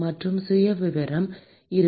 மற்றும் சுயவிவரம் இருக்கும்